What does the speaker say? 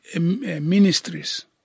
ministries